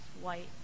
white